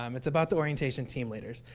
um it's about the orientation team leaders.